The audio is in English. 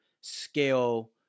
scale